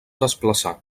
desplaçar